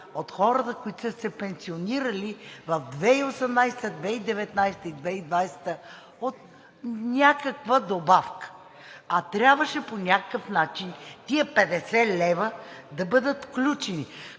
от хората, които са се пенсионирали в 2018-а, 2019-а и 2020 г. от някаква добавка. А трябваше по някакъв начин тези 50 лв. да бъдат включени.